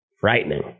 frightening